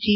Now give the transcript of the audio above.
G